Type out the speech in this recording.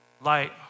Light